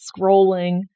scrolling